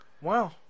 Wow